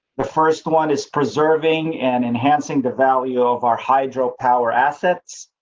the first, one is preserving and enhancing the value of our hydro power assets.